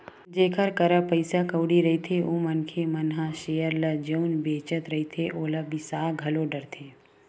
जेखर करा पइसा कउड़ी रहिथे ओ मनखे मन ह सेयर ल जउन बेंचत रहिथे ओला बिसा घलो डरथे